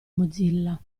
mozilla